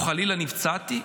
או חלילה נפצעתי?